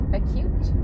acute